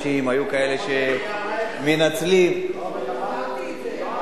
היו כאלה שמנצלים, אמרה את זה, לא שמעת.